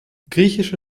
griechische